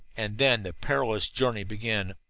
and then the perilous journey began.